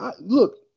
Look